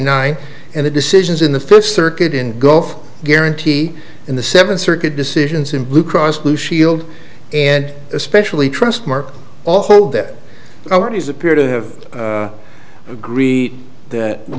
nine and the decisions in the first circuit in golf guarantee in the seventh circuit decisions in blue cross blue shield and especially trustmark all hold that a lot is appear to have agreed that